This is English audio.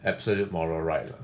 absolute moral right lah